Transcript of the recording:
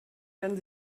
werden